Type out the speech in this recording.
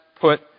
put